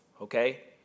okay